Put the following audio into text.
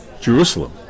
Jerusalem